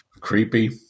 creepy